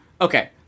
Okay